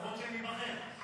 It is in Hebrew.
למרות שניבחר.